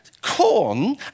corn